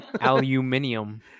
Aluminium